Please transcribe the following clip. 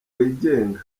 wigenga